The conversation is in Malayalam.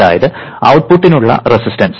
അതായത് ഔട്ട്പുട്ടിനുള്ള റെസിസ്റ്റൻസ്